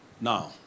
Now